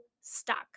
stuck